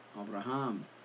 Abraham